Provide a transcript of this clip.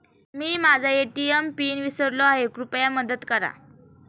मी माझा ATM PIN विसरलो आहे, कृपया मदत करा